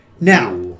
Now